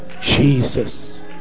Jesus